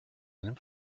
einem